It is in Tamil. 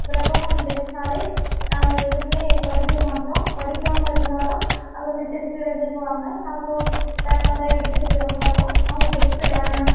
பிரபா மேம் டெஸ்ட்னாலே நாங்கள் எதுவுமே படிக்க மாட்டோம் படிக்காமல் இருந்தாலும் அவங்க டெஸ்ட் எழுதிங்குவாங்க நாங்களும் பேப்பரெலாம் எடுத்துட்டு போய் உக்காருவோம் அவங்க டெஸ்ட் வேணாம்